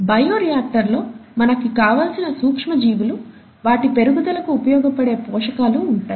bio reactor లో మనకి కావాల్సిన సూక్ష్మ జీవులువాటి పెరుగుదలకి ఉపయోగపడే పోషకాలు ఉంటాయి